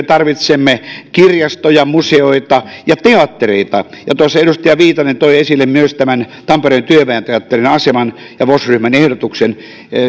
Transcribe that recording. tarvitsemme kirjastoja museoita ja teattereita tuossa edustaja viitanen toi esille myös tampereen työväen teatterin aseman ja vos ryhmän ehdotuksen